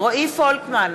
רועי פולקמן,